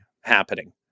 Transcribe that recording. Happening